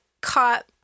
caught